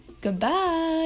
Goodbye